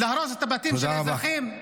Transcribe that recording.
להרוס את הבתים של אזרחים?